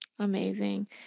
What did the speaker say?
Amazing